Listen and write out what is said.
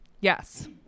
yes